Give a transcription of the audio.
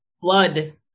Blood